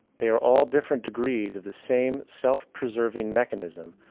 they are all different degrees of the same self-preserving mechanism,